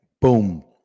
boom